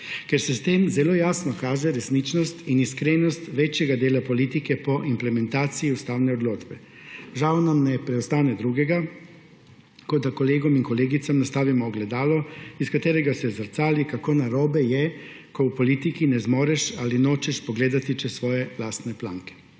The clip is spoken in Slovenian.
Ker se s tem zelo jasno kaže resničnost in iskrenost večjega dela politike po implementaciji ustavne odločbe. Žal nam ne preostane drugega, kot da kolegom in kolegicam nastavimo ogledalo, iz katerega se zrcali, kako narobe je, ko v politiki ne zmoreš ali nočeš pogledati čez svoje lastne planke.